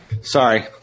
Sorry